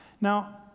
Now